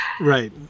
Right